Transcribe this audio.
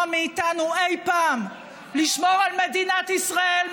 מאיתנו אי פעם לשמור על מדינת ישראל,